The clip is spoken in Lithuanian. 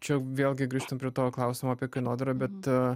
čia vėlgi grįžtam prie tavo klausimo apie kainodarą bet